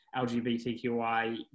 LGBTQI